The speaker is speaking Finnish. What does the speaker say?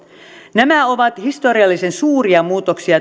nämä ovat historiallisen suuria muutoksia